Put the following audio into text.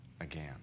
again